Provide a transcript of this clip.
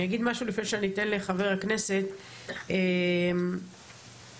אני אגיד משהו לפני שאתן לח"כ עודה את רשות הדיבור.